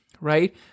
Right